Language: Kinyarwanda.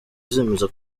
zemeza